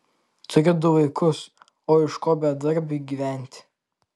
turi du vaikus o iš ko bedarbiui gyventi